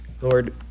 Lord